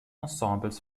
ensembles